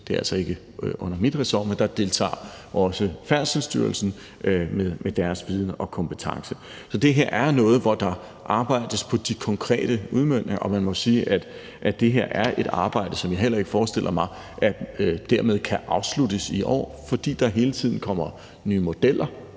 ikke er under mit ressort, men der deltager også Færdselsstyrelsen med deres viden og kompetencer. Så det her er noget, hvor der arbejdes på de konkrete udmøntninger, og man må sige, at det her er et arbejde, som jeg heller ikke forestiller mig dermed kan afsluttes i år, fordi der hele tiden kommer nye modeller,